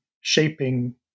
shaping